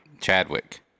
Chadwick